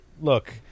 look